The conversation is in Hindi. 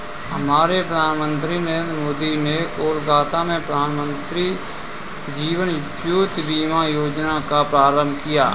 हमारे प्रधानमंत्री नरेंद्र मोदी ने कोलकाता में प्रधानमंत्री जीवन ज्योति बीमा योजना का प्रारंभ किया